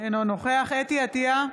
אינו נוכח חוה אתי עטייה,